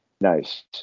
nice